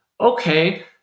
Okay